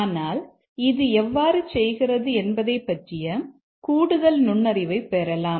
ஆனால் இது எவ்வாறு செய்கிறது என்பதைப் பற்றிய கூடுதல் நுண்ணறிவைப் பெறலாம்